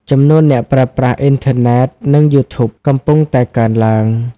ចំនួនអ្នកប្រើប្រាស់អ៊ីនធឺណិតនិង YouTube កំពុងតែកើនឡើង។